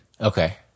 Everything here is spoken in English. okay